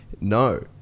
no